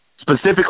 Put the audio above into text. specifically